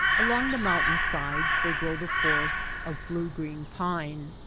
along the mountain sides they grow the forests of blue-green pine,